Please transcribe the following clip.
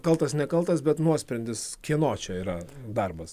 kaltas nekaltas bet nuosprendis kieno čia yra darbas